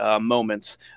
moments